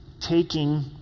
taking